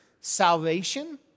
salvation